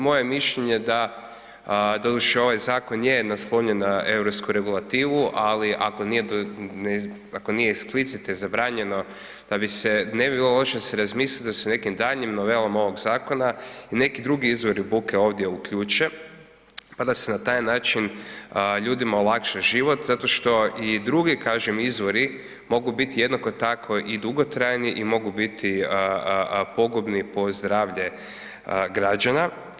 Moje mišljenje da doduše ovaj zakon je naslonjen na europsku regulativu, ali ako nije eksplicite zabranjeno da bi se, ne bi bilo loše se razmisliti da se u nekim daljnjim novelama ovog zakona i neki drugi izvori buke ovdje uključe, pa da se na taj način ljudima olakša život zato što i drugi kažem izvori mogu biti jednako tako i dugotrajni i mogu biti pogubni po zdravlje građana.